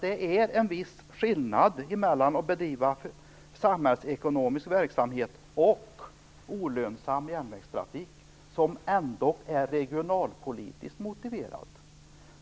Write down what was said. Det är ju en viss skillnad mellan att bedriva samhällsekonomisk verksamhet och olönsam järnvägstrafik, som ändå är regionalpolitiskt motiverad.